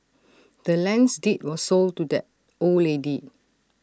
the land's deed was sold to the old lady